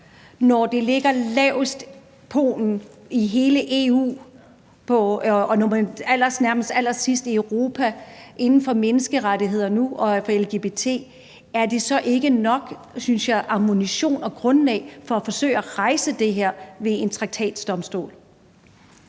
Når Polen ligger lavest i hele EU og nærmest allersidst i Europa, når det gælder menneskerettigheder og lgbt, er det så ikke nok ammunition og grundlag for at forsøge at rejse det her ved en traktatsdomstol?